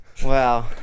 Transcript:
wow